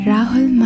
Rahul